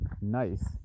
nice